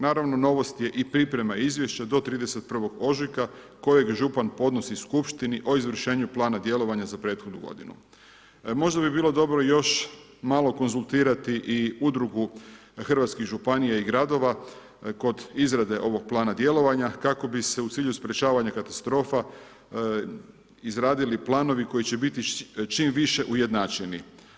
Naravno, novost je i priprema izvješća do 31. ožujka, kojeg župan podnosi skupštini o izvršenju plana djelovanja za prethodnu g. Možda bi bilo dobro još malo konzultirati i udrugu hrvatskih županija i gradova kod izrade ovog plana djelovanja, kako bi se u cilju sprječavanja katastrofa, izradili planovi koji će biti čim više ujednačeni.